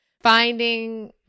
Finding